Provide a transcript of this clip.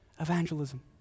evangelism